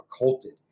occulted